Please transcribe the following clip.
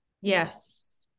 Yes